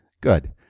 Good